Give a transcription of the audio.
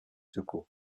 secours